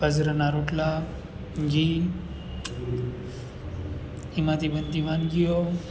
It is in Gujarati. બાજરાના રોટલા ઘી એમાંથી બનતી વાનગીઓ